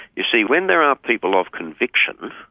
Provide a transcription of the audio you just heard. you see, when there are people of conviction,